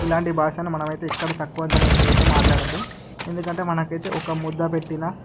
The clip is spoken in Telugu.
ఇలాంటి భాషను మనమైతే ఇక్కడ తక్కువ అంచనా వేసయితే మాట్లాడొద్దు ఎందుకంటే మనకైతే ఒక ముద్దపెట్టినా